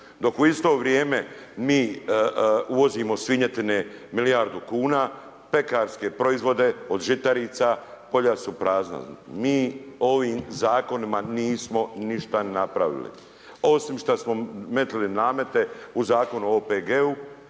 dok u isto vrijeme mi mi uvozimo svinjetine milijardu kuna, pekarske proizvode od žitarica, polja su prazna. Mi ovim zakonima nismo ništa napravili, osim što smo metnuli namete o Zakonu o OPG-u,